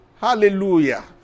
Hallelujah